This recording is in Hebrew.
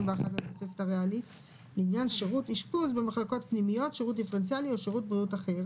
אולי אפילו לבטל את ה-קאפ.